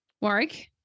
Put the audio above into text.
Warwick